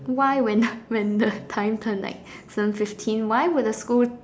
why when when the time turned like seven fifteen why would the school